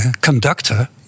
conductor